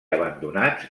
abandonats